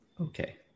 Okay